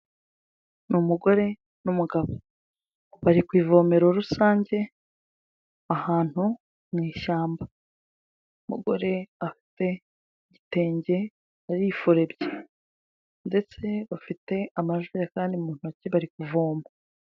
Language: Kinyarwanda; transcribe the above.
Ni umugore n'umugabo bari ku ivomero rusange ahantu mu ishyamba umugore afite igitenge arifurebye ndetse bafite amajerekani mu ntoki bari kuvoma.